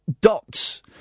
dots